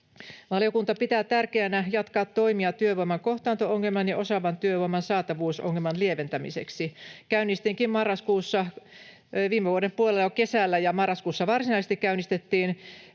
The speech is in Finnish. Valiokunta pitää tärkeänä jatkaa toimia työvoiman kohtaanto-ongelman ja osaavan työvoiman saatavuusongelman lieventämiseksi. Käynnistinkin viime vuoden puolella kesällä — ja marraskuussa vuonna 2021 käynnistettiin